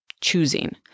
choosing